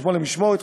חשבון למשמורת,